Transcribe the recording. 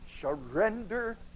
Surrender